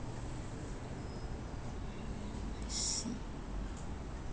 I see